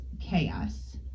Chaos